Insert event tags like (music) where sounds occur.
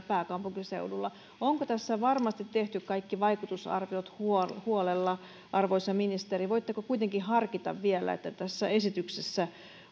(unintelligible) pääkaupunkiseudulla onko tässä varmasti tehty kaikki vaikutusarviot huolella huolella arvoisa ministeri voitteko kuitenkin harkita vielä että tässä esityksessä